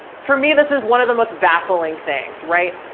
for me, this is one of the most baffling things, right?